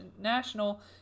national